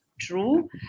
true